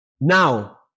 Now